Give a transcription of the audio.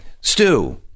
Stu